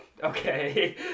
Okay